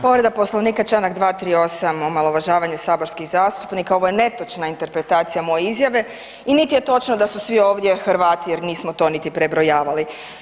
Povreda Poslovnika, Članak 238., omalovažavanje saborskih zastupnika, ovo je netočna interpretacija moje izjave i niti je točno da su svi ovdje Hrvati jer nismo to niti prebrojavali.